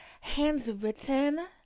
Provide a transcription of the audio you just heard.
hands-written